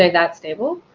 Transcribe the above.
like that stable?